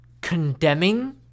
condemning